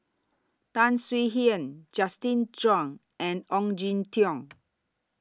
Tan Swie Hian Justin Zhuang and Ong Jin Teong